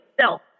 self